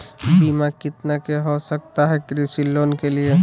बीमा कितना के हो सकता है कृषि लोन के लिए?